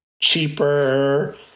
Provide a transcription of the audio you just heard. cheaper